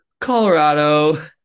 Colorado